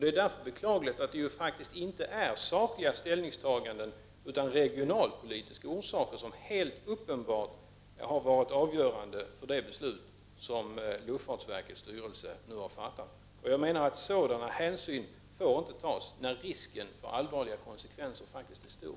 Det är därför beklagligt att det faktiskt inte är sakliga ställningstaganden utan regionalpolitiska orsaker som helt uppenbart har varit avgörande för det beslut som luftfartsverkets styrelse nu har fattat. Jag menar att sådana hänsyn inte får tas när risken för allvarliga konsekvenser faktiskt är stor.